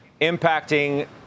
impacting